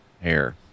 hair